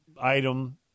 item